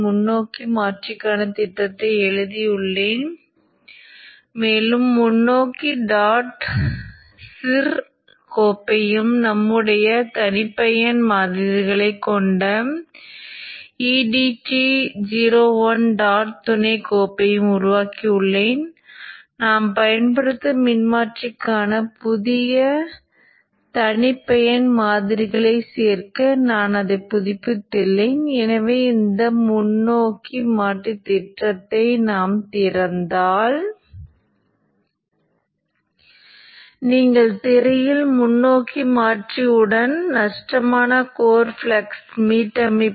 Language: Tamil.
முன்னோக்கி மாற்றியின் வெளியீட்டுப் பகுதியானது பக் மாற்றியைப் போன்றது எனவே அலைவடிவங்களின் தூண்டல் மின்னோட்டம் மின்தேக்கி மின்னோட்டம் மற்றும் வெளியீட்டு சுமை மின்னோட்டப் பகுதிகள் நாம் விவாதித்த பக் இக்கு சமமாக பக் மாற்றி அலைவடிவங்களைப் போலவே இருக்கும்